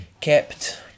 kept